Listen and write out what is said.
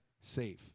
safe